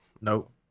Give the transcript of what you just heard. Nope